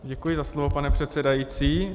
Děkuji za slovo, pane předsedající.